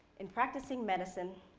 in practicing medicine,